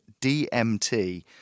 DMT